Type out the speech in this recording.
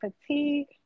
fatigue